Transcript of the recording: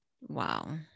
Wow